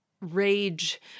rage